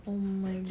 oh my god